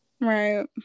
Right